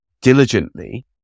diligently